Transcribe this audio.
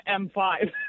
M5